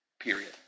Period